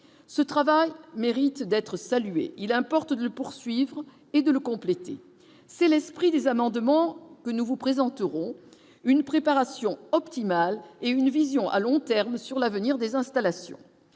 ce travail mérite d'être salué, il importe de poursuivre et de le compléter, c'est l'esprit des amendements que nous vous présenterons une préparation optimale et une vision à long terme sur l'avenir des installations,